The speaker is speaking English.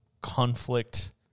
conflict